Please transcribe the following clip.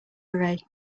array